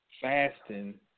fasting